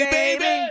baby